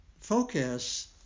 focus